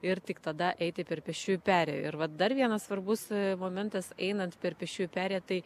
ir tik tada eiti per pėsčiųjų perėją ir vat dar vienas svarbus momentas einant per pėsčiųjų perėją tai